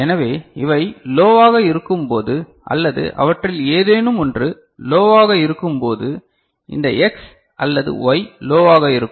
எனவே இவை லோவாக இருக்கும்போது அல்லது அவற்றில் ஏதேனும் ஒன்று லோவாக இருக்கும்போது இந்த X அல்லது Y லோவாக இருக்கும்